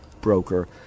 broker